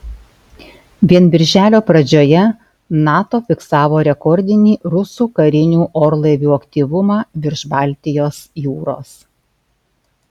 vien birželio pradžioje nato fiksavo rekordinį rusų karinių orlaivių aktyvumą virš baltijos jūros